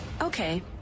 Okay